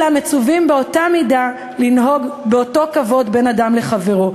אלא מצווים באותה מידה לנהוג באותו כבוד בין אדם לחברו.